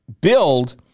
build